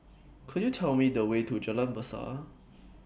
Could YOU Tell Me The Way to Jalan Besar